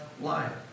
life